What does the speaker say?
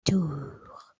tour